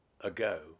ago